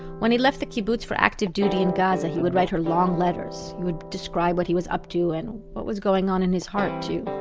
when he left the kibbutz for active duty in gaza, he would write her long letters. he would describe what he was up to, and what was going on in his heart, too.